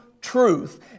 truth